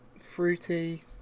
Fruity